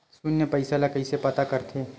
शून्य पईसा ला कइसे पता करथे?